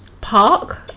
Park